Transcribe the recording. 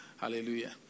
hallelujah